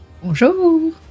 Bonjour